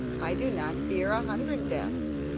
i do not fear a hundred deaths,